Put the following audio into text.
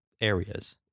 areas